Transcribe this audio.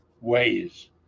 ways